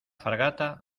fragata